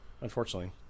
unfortunately